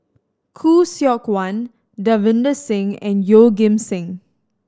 Khoo Seok Wan Davinder Singh and Yeoh Ghim Seng